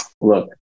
Look